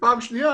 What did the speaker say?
ודבר שני,